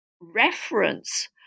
reference